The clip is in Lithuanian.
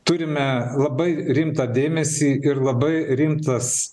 turime labai rimtą dėmesį ir labai rimtas